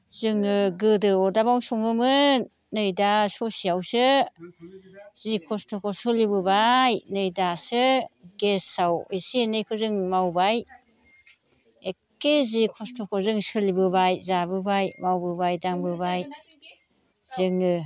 जोङो गोदो अदाबआव सङोमोन नै दा ससेयावसो जि खस्थ'खौ सोलिबोबाय नै दासो गेसआव एसे एनैखौ जों मावबाय एख्खे जि खस्थ'खौ जों सोलिबोबाय जाबोबाय मावबोबाय दांबोबाय जोङो